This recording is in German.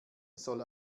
soll